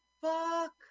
fuck